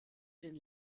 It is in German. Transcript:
den